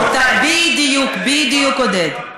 בדיוק, בדיוק, עודד.